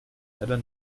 leider